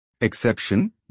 Exception